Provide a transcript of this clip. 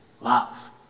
love